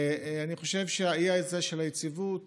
אני חושב שהאי הזה של היציבות